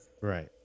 Right